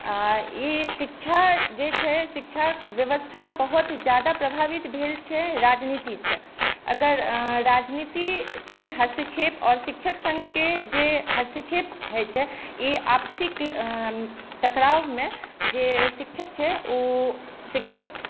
आ ई शिक्षा जे छै शिक्षाक व्यवस्था बहुत ज्यादा प्रभावित भेल छै राजनितिसँ अगर राजनीतिके हस्तक्षेप आओर शिक्षक सङ्घ के जे हस्तक्षेप होइ छै ई आपसी टकरावमे जे शिक्षक छै ओ शिक्षक